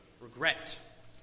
regret